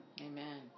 Amen